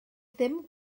ddim